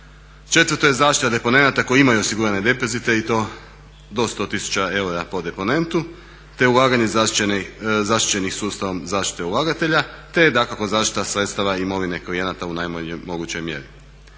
Četvrto je zaštita deponenata koji imaju osigurane depozite i to do 100 tisuća eura po deponentu te ulaganje zaštićenim sustavom zaštite ulagatelja te dakako zaštita sredstava, imovine klijenata u najmanjoj mogućoj mjeri.